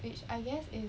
which I guess is